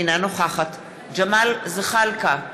אינה נוכחת ג'מאל זחאלקה,